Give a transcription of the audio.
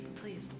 Please